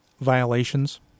violations